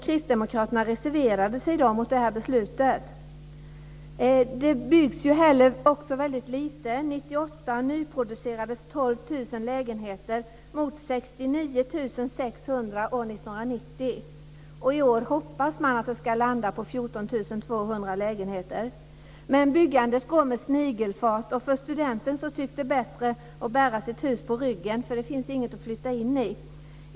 Kristdemokraterna reserverade sig mot det beslutet. Det byggs väldigt lite. Under 1998 nyproducerades 12 000 lägenheter jämfört med 69 600 år 1990. I år hoppas man att det ska landa på 14 200 lägenheter. Men byggandet går med snigelfart, och för studenten tycks det bättre att bära sitt hus på ryggen. Det finns nämligen inget att flytta in i.